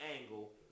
angle